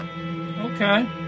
Okay